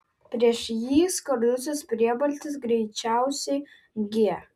prieš jį skardusis priebalsis greičiausiai g